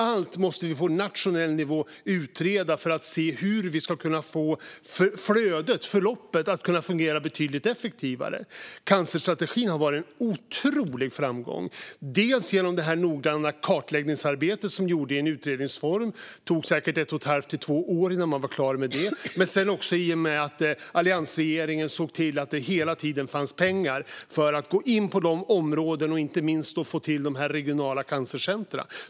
Allt måste vi på nationell nivå utreda för att se hur vi ska kunna få flödet, förloppet, att fungera betydligt effektivare. Cancerstrategin har varit en otrolig framgång. Det har den varit genom det noggranna kartläggningsarbete som gjordes i utredningsform. Det tog säkert ett och ett halvt till två år innan man var klar med det. Alliansregeringen såg till att det hela tiden fanns pengar för att gå in på dessa områden och inte minst få till regionala cancercentrum.